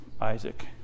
Isaac